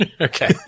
Okay